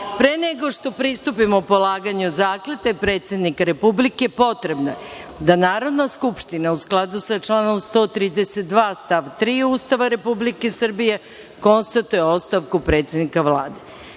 nego što pristupimo polaganju zakletve predsednika Republike, potrebno je da Narodna skupština, u skladu sa članom 132. stav 3. Ustava Republike Srbije, konstatuje ostavku predsednika Vlade. Na